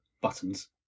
buttons